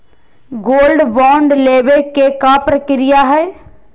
Gold bond लेवे के का प्रक्रिया हई?